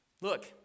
Look